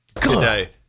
today